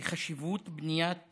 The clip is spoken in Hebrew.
ואת חשיבות בניית